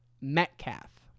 Metcalf